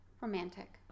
Romantic